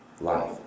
life